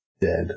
dead